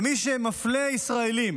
ומי שמפלה ישראלים